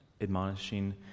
admonishing